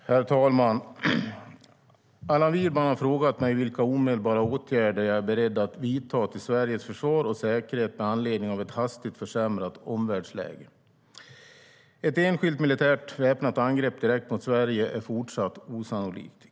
Herr talman! Allan Widman har frågat mig vilka omedelbara åtgärder jag är beredd att vidta till Sveriges försvar och säkerhet med anledning av ett hastigt försämrat omvärldsläge. Ett enskilt militärt väpnat angrepp direkt mot Sverige är fortsatt osannolikt.